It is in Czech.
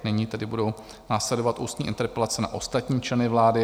Nyní tedy budou následovat ústní interpelace na ostatní členy vlády.